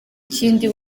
kindi